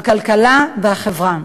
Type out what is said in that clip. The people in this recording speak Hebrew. הכלכלה והחברה,